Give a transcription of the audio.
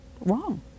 wrong